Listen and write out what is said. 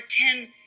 ten